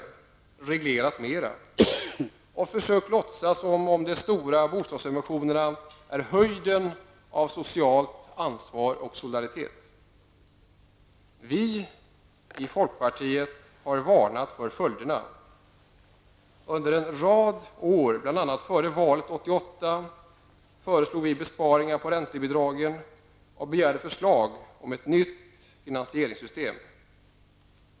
Den har reglerat mera och försökt låtsas som om stora bostadssubventioner är höjden av socialt ansvar och solidaritet. Vi i folkpartiet har varnat för följderna. Under en rad av år, bl.a. före valet 1988, föreslog vi besparingar på räntebidragen och begärde förslag om ett nytt finansieringssystem.